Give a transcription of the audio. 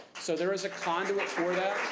so there is a conduit for that,